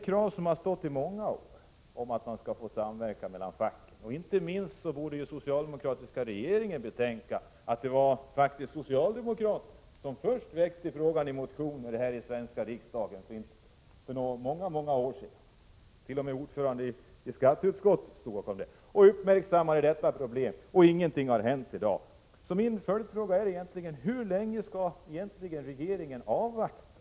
Kravet på att få samverka mellan facken har funnits i många år. Inte minst borde den socialdemokratiska regeringen betänka att det faktiskt var socialdemokrater som först väckte frågan i en motion här i Sveriges riksdag för många år sedan. T. o. m. ordföranden i skatteutskottet stod bakom det förslaget. Då uppmärksammades detta problem, men ändå har hittills ingenting hänt. Min följdfråga är: Hur länge skall egentligen regeringen avvakta?